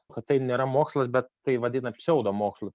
kad tai nėra mokslas bet tai vadina pseudomokslu